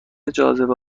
جاذبه